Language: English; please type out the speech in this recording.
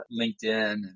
LinkedIn